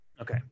Okay